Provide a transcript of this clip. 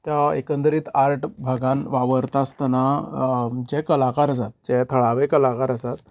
त्या एकंदरीत आर्ट भागांत वावरता आसतना जे कलाकार आसात जे थळावें कलाकार आसात